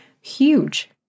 huge